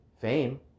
fame